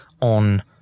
on